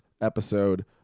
episode